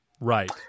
Right